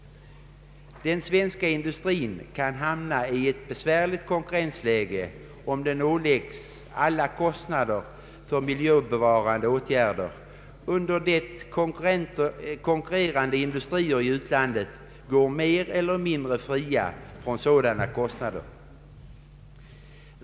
Den svenska industrin kan hamna i ett besvärligt konkurrensläge om den ålägges alla kostnader för miljövärdande åtgärder, under det att konkurrerande industrier i utlandet går mer eller mindre fria från sådana kostnader.